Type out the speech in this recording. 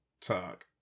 talk